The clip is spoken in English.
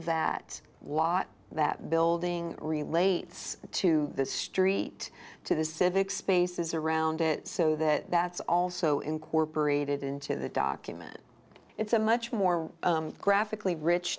that lot that building relates to the street to the civic spaces around it so that that's also incorporated into the document it's a much more graphically rich